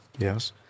Yes